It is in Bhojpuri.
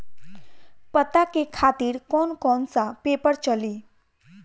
पता के खातिर कौन कौन सा पेपर चली?